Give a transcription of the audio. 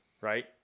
right